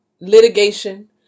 litigation